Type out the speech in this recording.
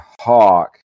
hawk